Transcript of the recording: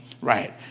right